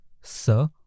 Sir